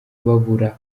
babura